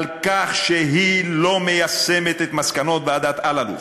על כך שהיא לא מיישמת את מסקנות ועדת אלאלוף,